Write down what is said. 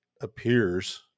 appears